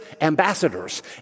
ambassadors